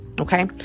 Okay